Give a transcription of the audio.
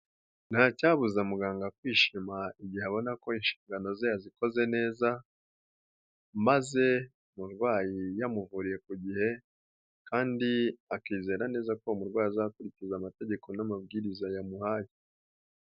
Ntacyabuza muganga kwishima igihe abona ko inshingano ze yazikoze neza, maze umurwayi yamuvuriye ku gihe kandi, akizera neza ko umurwayi azakurikiza amategeko n'amabwiriza yamuhaye.